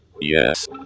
Yes